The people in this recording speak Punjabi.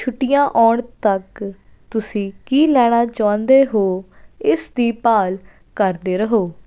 ਛੁੱਟੀਆਂ ਆਉਣ ਤੱਕ ਤੁਸੀਂ ਕੀ ਲੈਣਾ ਚਾਹੁੰਦੇ ਹੋ ਇਸ ਦੀ ਭਾਲ ਕਰਦੇ ਰਹੋ